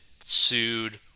sued